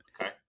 Okay